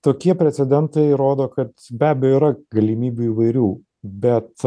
tokie precedentai rodo kad be abejo yra galimybių įvairių bet